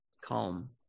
calm